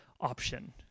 option